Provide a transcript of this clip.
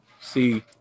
See